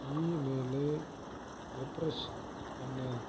ஈமெயிலை refresh பண்ணு